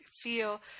feel